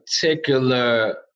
particular